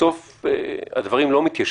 בסוף הדברים לא מתיישבים,